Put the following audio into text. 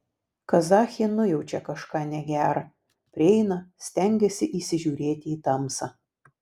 kazachė nujaučia kažką negera prieina stengiasi įsižiūrėti į tamsą